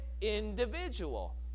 individual